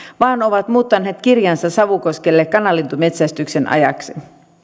vaan ovat muuttaneet kirjansa savukoskelle kanalintumetsästyksen ajaksi